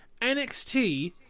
NXT